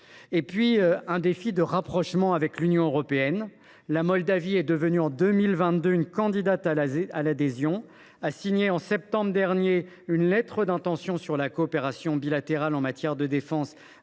Il y a le défi du rapprochement avec l’Union européenne, enfin. La Moldavie est devenue candidate à l’adhésion en 2022 et a signé en septembre dernier une lettre d’intention sur la coopération bilatérale en matière de défense